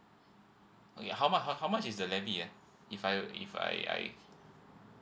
okay how much how how much is the levy ah if I if I I